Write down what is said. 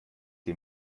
die